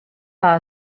war